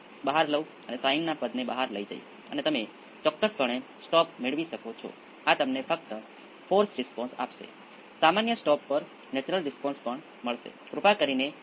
તેથી તેનો અર્થ એ કે લાક્ષણિક સમીકરણના અવયવ રીઅલ અને અલગ હશે અને નેચરલ રિસ્પોન્સ આ સ્વરૂપમાં હશે